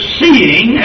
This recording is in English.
seeing